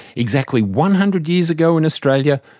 exactly one hundred years ago in australia,